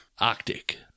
Arctic